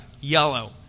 yellow